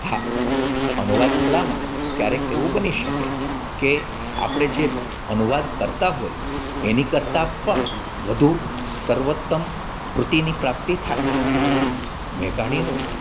હા અનુવાદકલામાં ક્યારેક એવું બની શકે કે આપણે જે અનુવાદ કરતાં હોય એની કરતાં પણ વધુ સર્વોતમ કૃતિની પ્રાપ્તિ થાય મેધાણીનું